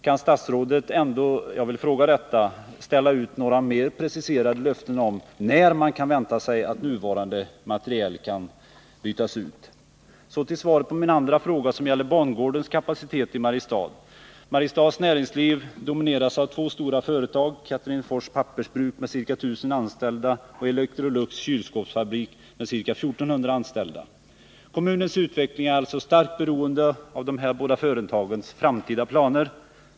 Kan statsrådet ställa ut några mer preciserade löften om när man kan vänta sig att nuvarande rullande materiel kan bytas ut? Så till svaret på min andra fråga som gäller bangårdens kapacitet i 49 Mariestad. Mariestads näringsliv domineras av två stora företag, Katrinefors pappersbruk med ca 1 000 anställda och Electrolux kylskåpsfabrik med ca 1400 anställda. Kommunens utveckling är alltså starkt beroende av dessa båda företags framtida planer.